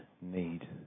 need